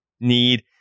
need